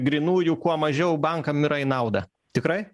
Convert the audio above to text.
grynųjų kuo mažiau bankams yra į naudą tikrai